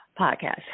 Podcast